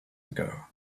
ago